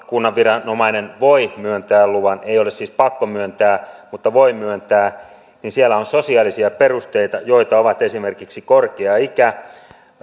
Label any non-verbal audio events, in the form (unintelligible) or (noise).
(unintelligible) kunnan viranomainen voi myöntää luvan ei ole siis pakko myöntää mutta voi myöntää siellä on sosiaalisia perusteita joita ovat esimerkiksi korkea ikä